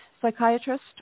psychiatrist